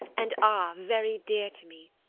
and are, very dear to me.